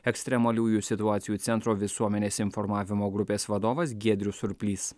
ekstremaliųjų situacijų centro visuomenės informavimo grupės vadovas giedrius surplys